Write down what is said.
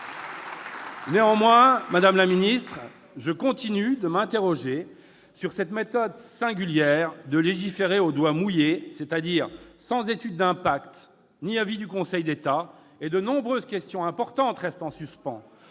Néanmoins, madame la ministre, je continue de m'interroger sur cette méthode singulière de légiférer au doigt mouillé, c'est-à-dire sans étude d'impact ni avis du Conseil d'État. De nombreuses questions importantes restent en suspens.